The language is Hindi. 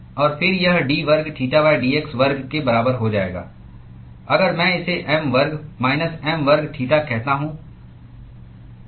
और फिर यह d वर्ग थीटा d x वर्ग के बराबर हो जाएगा अगर मैं इसे m वर्ग m वर्ग थीटा कहता हूं